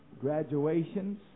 graduations